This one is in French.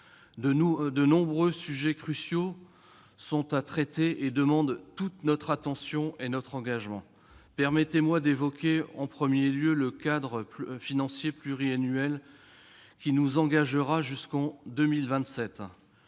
De nombreux sujets cruciaux sont à traiter, et demandent toute notre attention et notre engagement. Permettez-moi d'évoquer en premier lieu le cadre financier pluriannuel qui nous engagera jusqu'en 2027.